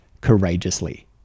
courageously